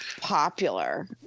popular